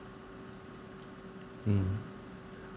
mm